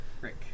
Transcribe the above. Rick